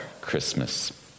Christmas